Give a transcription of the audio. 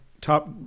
top